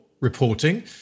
reporting